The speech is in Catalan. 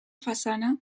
façana